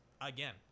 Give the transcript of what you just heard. again